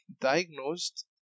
diagnosed